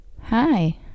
Hi